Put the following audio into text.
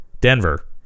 Denver